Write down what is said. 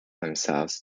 themselves